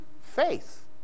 faith